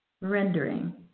rendering